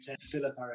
Philip